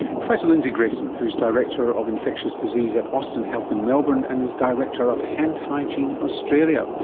professor lindsay grayson who is director of infectious disease at austin health in melbourne and is director of hand hygiene australia.